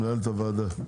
מנהל הוועדה?